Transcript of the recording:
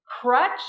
crutch